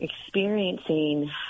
experiencing